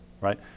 right